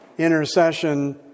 intercession